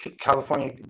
California